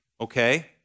okay